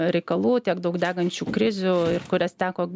reikalų tiek daug degančių krizių kurias teko